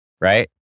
Right